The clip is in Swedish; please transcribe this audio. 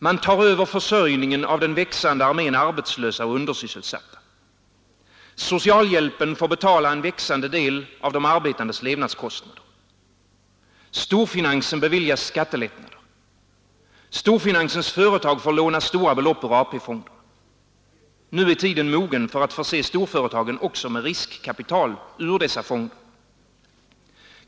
Man tar över försörjningen av den växande armén arbetslösa och undersysselsatta. Socialhjälpen får betala en växande del av de arbetandes levnadskostnader. Storfinansen beviljas skattelättnader. Storfinansens företag får låna stora belopp ur AP-fonderna. Nu är tiden mogen för att förse storföretagen också med riskkapital ur dessa fonder.